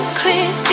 clear